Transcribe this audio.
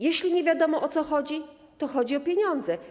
Jeśli nie wiadomo, o co chodzi, to chodzi o pieniądze.